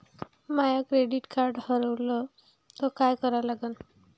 माय credit card हारवलं तर काय करा लागन?